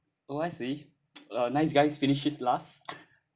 oh I see well nice guys finishes last